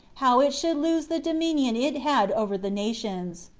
how it should lose the dominion it had over the nations.